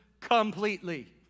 completely